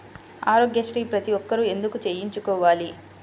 ఆరోగ్యశ్రీ ప్రతి ఒక్కరూ ఎందుకు చేయించుకోవాలి?